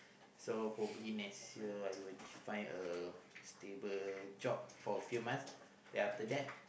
so probably next year I will find a stable job for a few months then after that